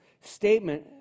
statement